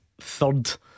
third